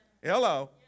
Hello